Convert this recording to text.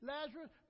Lazarus